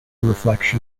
reflection